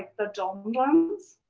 the domed ones.